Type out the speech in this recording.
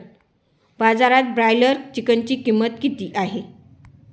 बाजारात ब्रॉयलर चिकनची किंमत किती आहे?